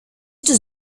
does